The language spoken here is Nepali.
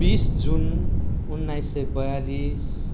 बिस जुन उन्नाइस सय बयालिस